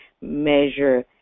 measure